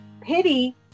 pity